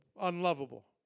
unlovable